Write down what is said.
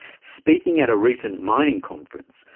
speaking at a recent mining conference,